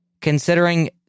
considering